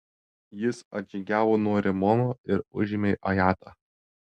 jis atžygiavo nuo rimono ir užėmė ajatą